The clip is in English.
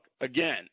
again